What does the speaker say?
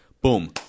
Boom